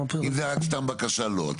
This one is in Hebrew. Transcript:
אם זו הייתה סתם בקשה לא.